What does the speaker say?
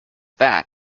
that